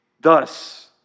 Thus